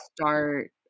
start